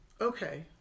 okay